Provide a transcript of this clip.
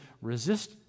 resist